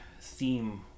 theme